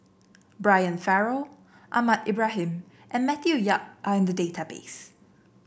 Brian Farrell Ahmad Ibrahim and Matthew Yap are in the database